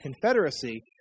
Confederacy